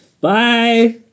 bye